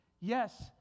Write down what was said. yes